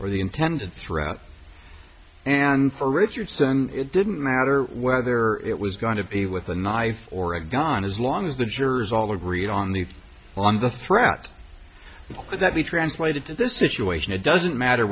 or the intended throughout and for richardson it didn't matter whether it was going to be with a knife or a gun as long as the jurors all agreed on the on the threat could that be translated to this situation it doesn't matter